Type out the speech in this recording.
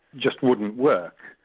just wouldn't work.